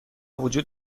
وجود